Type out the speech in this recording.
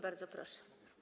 Bardzo proszę.